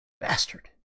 Bastard